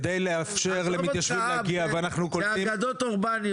ההשקעות --- אל תספר לי על ההשקעות ,